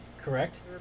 Correct